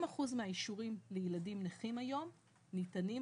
80% מהאישורים לילדים נכים היום ניתנים,